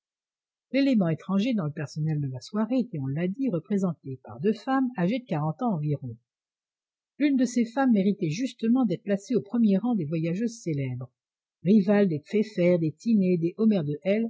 l'élément étranger dans le personnel de la soirée était on l'a dit représenté par deux femmes âgées de quarante ans environ l'une de ces femmes méritait justement d'être placée au premier rang des voyageuses célèbres rivale des pfeiffer des tinné des haumaire de